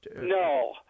No